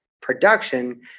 production